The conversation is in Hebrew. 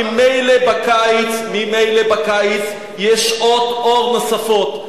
ממילא בקיץ יש שעות אור נוספות.